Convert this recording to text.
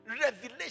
Revelation